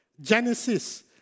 Genesis